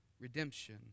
redemption